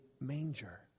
manger